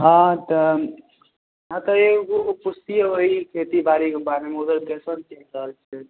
हँ तऽ हँ तऽ एगो पुछतियै ओही खेती बारीके बारेमे ऊधर कैसन चैलि रहल छै